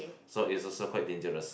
so it's also quite dangerous